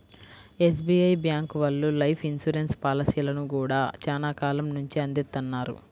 SBI bank వాళ్ళు life insurance పాలసీలను గూడా చానా కాలం నుంచే అందిత్తన్నారు